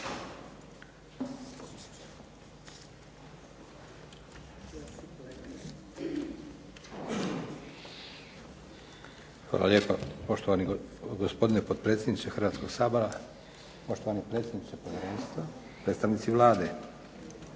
Hvala lijepa poštovani gospodine potpredsjedniče Hrvatskog sabora, poštovani predsjedniče povjerenstva, predstavnici Vlade.